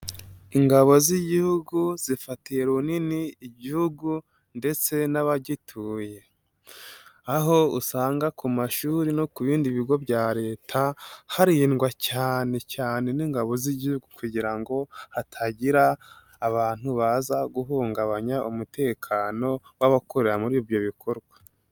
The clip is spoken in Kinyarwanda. Ingabo z'igihugu zifatiye runini igihugu ndetse n'abagituye, aho usanga ku mashuri no ku bindi bigo bya Leta harindwa cyane cyane n'ingabo z'igihugu kugira ngo hatagira abantu baza guhungabanya umutekano w'abakorera muri ibyo bikorwa.